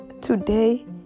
today